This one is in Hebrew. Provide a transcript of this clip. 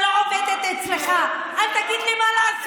אני לא עובדת אצלך, אל תגיד לי מה לעשות.